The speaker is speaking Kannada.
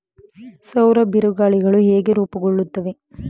ಸೌರ ಬಿರುಗಾಳಿಗಳು ಹೇಗೆ ರೂಪುಗೊಳ್ಳುತ್ತವೆ?